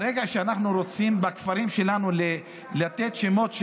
ברגע שאנחנו רוצים בכפרים שלנו לתת שמות לרחובות,